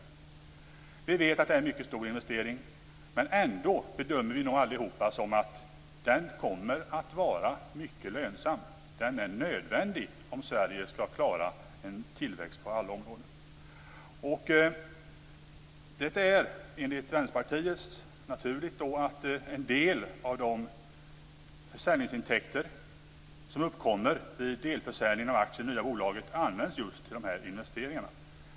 Vi vet att det är en mycket stor investering, men ändå bedömer vi nog alla att den kommer att vara mycket lönsam. Den är nödvändig om Sverige skall klara en tillväxt på alla områden. Enligt Vänsterpartiet är det då naturligt att en del av de försäljningsintäkter som uppkommer vid delförsäljningen av aktier i det nya bolaget används just till dessa investeringar.